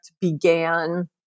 began